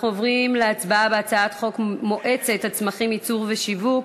אנחנו עוברים להצבעה על הצעת חוק מועצת הצמחים (ייצור ושיווק)